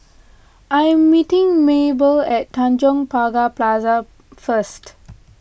I am meeting Maebell at Tanjong Pagar Plaza first